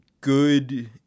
good